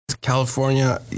California